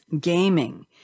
gaming